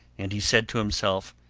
and he said to himself